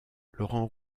laurent